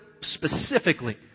specifically